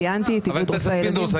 חבר הכנסת פינדרוס,